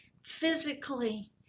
physically